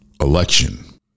election